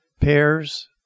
Pears